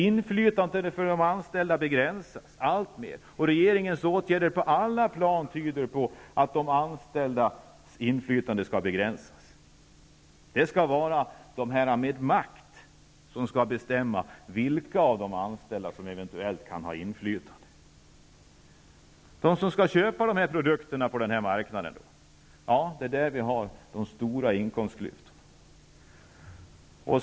Inflytandet för de anställda begränsas alltmer, och regeringens åtgärder på alla plan tyder på att de anställdas inflytande skall begränsas. Det är de som har makten som skall bestämma vilka av de anställda som eventuellt skall få inflytande. Det är bland de människor som skall köpa produkterna på denna marknad som de stora inkomstklyftorna finns.